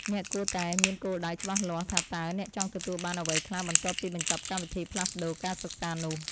អ្នកគួរតែមានគោលដៅច្បាស់លាស់ថាតើអ្នកចង់ទទួលបានអ្វីខ្លះបន្ទាប់ពីបញ្ចប់កម្មវិធីផ្លាស់ប្តូរការសិក្សានោះ។